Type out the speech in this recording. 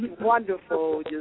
Wonderful